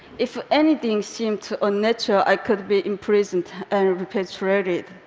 if anything seemed unnatural, i could be imprisoned and repatriated.